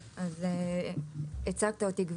תודה שהצגת אותי.